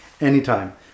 anytime